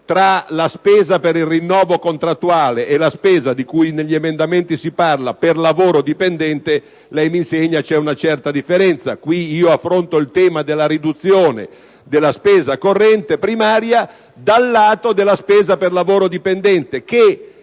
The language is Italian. Tra la spesa per il rinnovo contrattuale e la spesa, di cui si parla negli emendamenti, per lavoro dipendente, lei mi insegna c'è una certa differenza. Qui affronto il tema della riduzione della spesa corrente primaria dal lato della spesa per lavoro dipendente, che